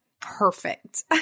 Perfect